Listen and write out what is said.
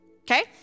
Okay